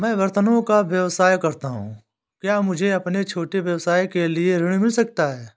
मैं बर्तनों का व्यवसाय करता हूँ क्या मुझे अपने छोटे व्यवसाय के लिए ऋण मिल सकता है?